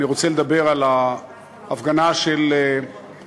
אני רוצה לדבר על ההפגנה של ירושלים.